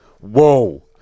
whoa